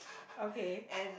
okay